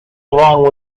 along